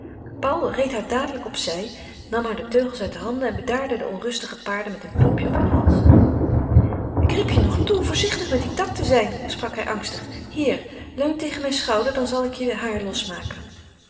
paul reed haar dadelijk op zij nam haar de teugels uit de hand en bedaarde de onrustige paarden met een vluchtig klopje op hunne halzen ik riep je nog toe voorzichtig met dien tak te zijn sprak hij angstig hier leun tegen mijn schouder dan zal ik je haar losmaken